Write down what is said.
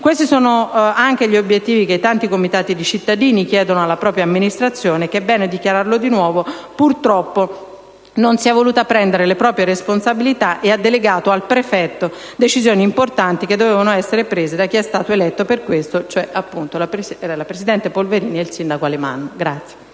Questi sono anche gli obiettivi che i tanti comitati di cittadini chiedono alla propria amministrazione, che - è bene dichiararlo di nuovo - purtroppo non si è voluta assumere le proprie responsabilità e ha delegato al prefetto decisioni importanti che dovevano essere prese da chi è stato eletto per questo, cioè la presidente Polverini e il sindaco Alemanno.